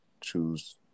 choose